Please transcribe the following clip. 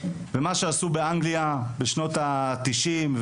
ומה שעשו באנגליה בשנות התשעים,